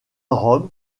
rome